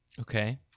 Okay